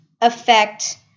affect